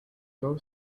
low